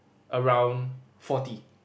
around forty